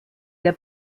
der